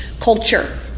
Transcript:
culture